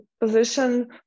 position